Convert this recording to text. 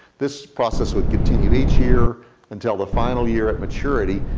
this process would continue each year until the final year at maturity,